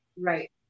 Right